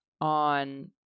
on